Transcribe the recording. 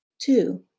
Two